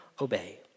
obey